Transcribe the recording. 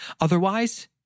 Otherwise